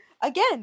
again